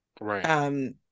Right